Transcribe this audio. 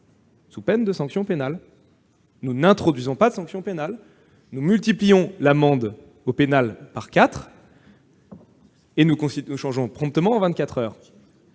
sous peine de sanction pénale. Nous n'introduisons pas de sanction pénale. Nous multiplions l'amende par quatre et nous changeons « promptement » et